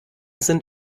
sind